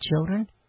children